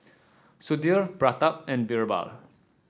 Sudhir Pratap and BirbaL